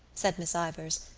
said miss ivors,